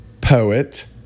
poet